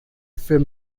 für